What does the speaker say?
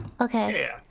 Okay